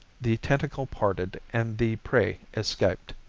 the tentacle parted and the prey escaped.